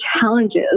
challenges